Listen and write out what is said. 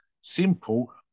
simple